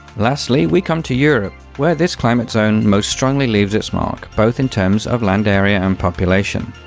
lastly, we come to europe, where this climate zone most strongly leaves its mark, both in terms of land area, and population.